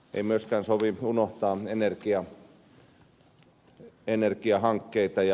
ei myöskään sovi unohtaa energiahankkeita ja bioenergiaa